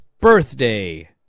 birthday